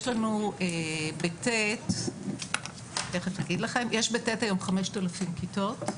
יש ב-ט' היום 5,000 כיתות.